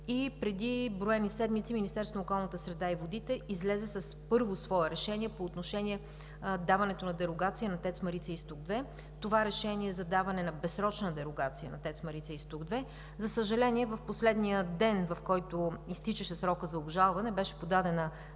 и преди броени седмици Министерството на околната среда и водите излезе с първо свое решение по отношение даването на дерогация на ТЕЦ „Марица-изток 2“. Това решение е за даване на безсрочна дерогация на ТЕЦ „Марица-изток 2“. За съжаление, в последния ден, в който изтичаше срокът за обжалване, беше подадена жалба